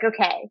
okay